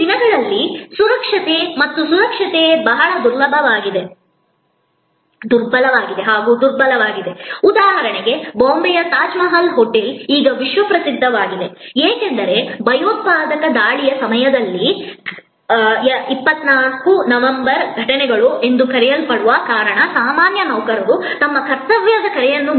ಈ ದಿನಗಳಲ್ಲಿ ಸುರಕ್ಷತೆ ಮತ್ತು ಸುರಕ್ಷತೆ ಬಹಳ ದುರ್ಬಲವಾಗಿದೆ ಉದಾಹರಣೆಗೆ ಬಾಂಬೆಯ ತಾಜ್ಮಹಲ್ ಹೋಟೆಲ್ ಈಗ ವಿಶ್ವಪ್ರಸಿದ್ಧವಾಗಿದೆ ಏಕೆಂದರೆ ಭಯೋತ್ಪಾದಕ ದಾಳಿಯ ಸಮಯದಲ್ಲಿ 2611 ಘಟನೆಗಳು ಎಂದು ಕರೆಯಲ್ಪಡುವ ಕಾರಣ ಸಾಮಾನ್ಯ ನೌಕರರು ತಮ್ಮ ಕರ್ತವ್ಯದ ಕರೆಯನ್ನು ಮೀರಿ ಹೋದರು